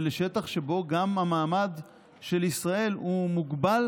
ולשטח שבו גם המעמד של ישראל הוא מוגבל